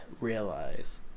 realize